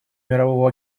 мирового